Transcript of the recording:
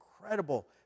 incredible